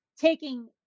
taking